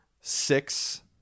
six